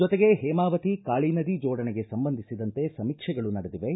ಜೊತೆಗೆ ಹೇಮಾವತಿ ಕಾಳಿ ನದಿ ಜೋಡಣೆಗೆ ಸಂಬಂಧಿಸಿದಂತೆ ಸಮೀಕ್ಷೆಗಳು ನಡೆದಿವೆ